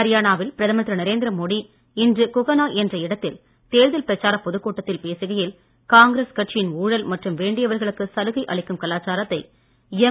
ஹரியானா வில் பிரதமர் திரு நரேந்திர மோடி இன்று குஹனா என்ற இடத்தில் தேர்தல் பிரச்சாரப் பொதுக்கூட்டத்தில் பேசுகையில் காங்கிரஸ் கட்சியின் ஊழல் மற்றும் வேண்டியவர்களுக்கு சலுகை அளிக்கும் கலாச்சாரத்தை எம்